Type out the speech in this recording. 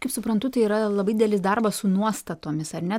kaip suprantu tai yra labai didelis darbas su nuostatomis ar ne